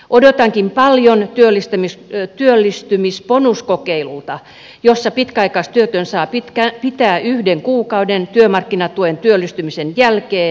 odotankin paljon työllistymisbonuskokeilulta jossa pitkäaikaistyötön saa pitää yhden kuukauden työmarkkinatuen työllistymisen jälkeen